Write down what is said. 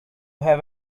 have